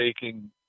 taking